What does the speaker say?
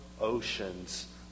oceans